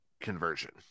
conversion